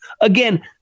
Again